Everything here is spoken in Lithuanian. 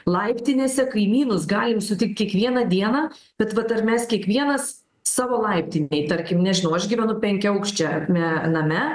laiptinėse kaimynus galim sutikt kiekvieną dieną bet vat ar mes kiekvienas savo laiptinėj tarkim nežinau aš gyvenu penkiaaukščiame name